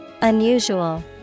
Unusual